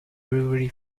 brewery